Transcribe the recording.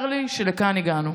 צר לי שלכאן הגענו.